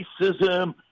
racism